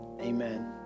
Amen